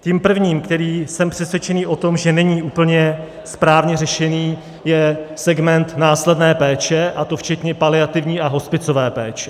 Tím prvním, který, jak jsem přesvědčen, není úplně správně řešený, je segment následné péče, a to včetně paliativní a hospicové péče.